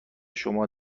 شما